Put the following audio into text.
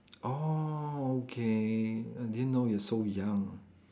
orh okay I didn't know you're so young